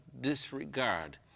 disregard